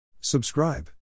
Subscribe